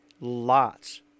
lots